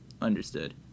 Understood